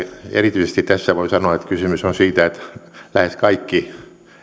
erityisesti tässä voi sanoa että kysymys on siitä että lähes kaikki